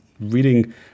reading